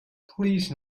please